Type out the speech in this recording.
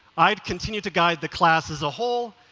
i'd continue to guide the class as a whole,